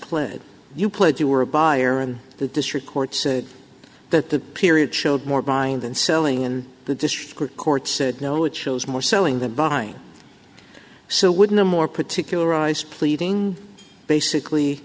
pled you played you were a buyer and the district court said that the period showed more behind than selling in the district court said no it shows more selling them behind so wouldn't a more particularized pleading basically